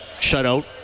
shutout